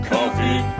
Coffee